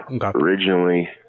originally